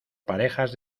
parejas